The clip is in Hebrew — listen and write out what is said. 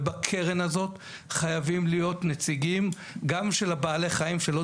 ובקרן הזאת חייבים להיות נציגים גם של בעלי החיים שלא